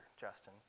Justin